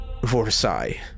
Vorsai